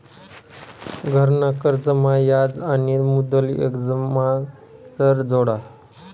घरना कर्जमा याज आणि मुदल एकमाझार जोडा